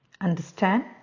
understand